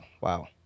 wow